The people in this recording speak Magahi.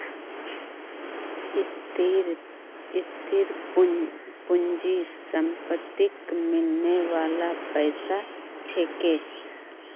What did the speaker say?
स्थिर पूंजी संपत्तिक मिलने बाला पैसा छिके